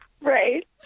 Right